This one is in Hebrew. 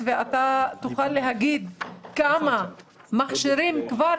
ואתה תוכל להגיד כמה מכשירים יש כבר